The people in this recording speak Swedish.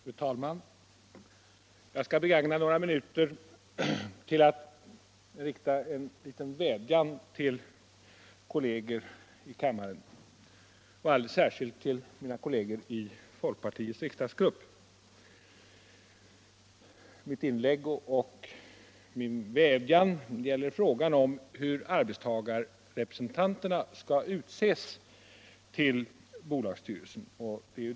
Fru talman! Jag skall begagna några minuter till att rikta en liten vädjan till kolleger i kammaren och alldeles särskilt till mina kolleger i folkpartiets riksdagsgrupp. Mitt inlägg och min vädjan gäller frågan om hur arbetstagarrepresentanterna skall utses till bolagsstyrelsen.